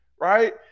right